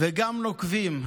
וגם נוקבים.